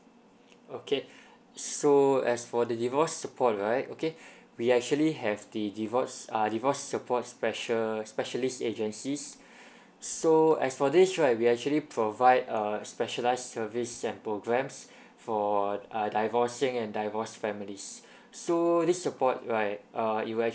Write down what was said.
okay so as for the divorce support right okay we actually have the divorce uh divorce support special specialist agencies so as for this right we actually provide uh specialised service and programmes for uh divorcing and divorce families so this support right uh you will actually